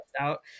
out